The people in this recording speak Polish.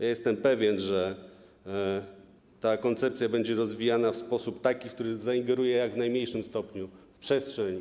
Ja jestem pewien, że ta koncepcja będzie rozwijana w taki sposób, który zaingeruje w jak najmniejszym stopniu w przestrzeń.